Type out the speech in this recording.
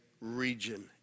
region